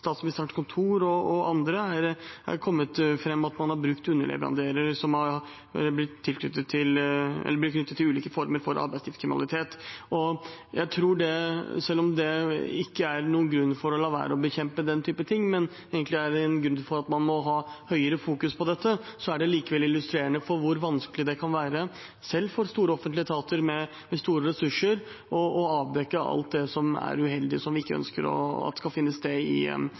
Statsministerens kontor og andre, har man har brukt underleverandører som har blitt knyttet til ulike former for arbeidslivskriminalitet. Selv om dette ikke er noen grunn til å la være å bekjempe den typen ting, men egentlig er en grunn til at man må fokusere mer på dette, er det likevel illustrerende for hvor vanskelig det kan være selv for store offentlige etater med store ressurser å avdekke alt det som er uheldig, som vi ikke ønsker skal finne sted når man har underleverandører og komplekse verdikjeder. Jeg mener dette også viser hvor krevende det kan være for private bedrifter, og at aktsomhetsvurderinger i